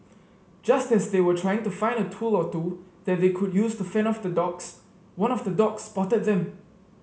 just as they were trying to find a tool or two that they could use to fend off the dogs one of the dogs spotted them